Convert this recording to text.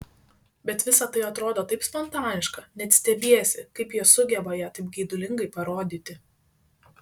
bet visa tai atrodo taip spontaniška net stebiesi kaip jie sugeba ją taip geidulingai parodyti